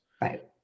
Right